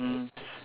mm s~